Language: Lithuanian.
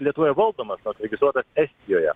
lietuvoje valdomas nors registruotas estijoje